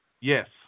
Yes